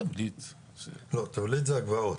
תבליט זה הגבעות.